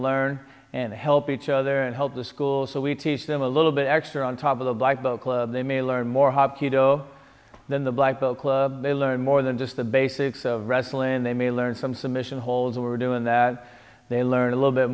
learn and help each other and help the school so we teach them a little bit extra on top of the black belt club they may learn more hop kido than the black belt club they learn more than just the basics of wrestling they may learn some submission holds we're doing that they learn a little bit